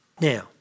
Now